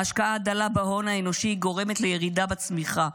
ההשקעה הדלה בהון האנושי גורמת לירידה בצמיחה.